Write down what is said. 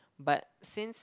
but since